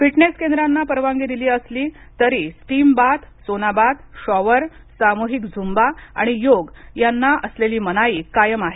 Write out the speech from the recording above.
fitness केंद्रांना परवानगी दिली असली तरी steam bath sauna bath shower सामूहिक झुम्बा आणि योग यांना असलेली मनाई कायम आहे